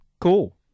cool